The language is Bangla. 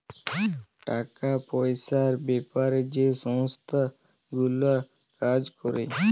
টাকা পয়সার বেপারে যে সংস্থা গুলা কাজ ক্যরে